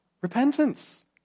repentance